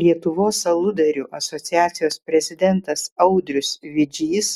lietuvos aludarių asociacijos prezidentas audrius vidžys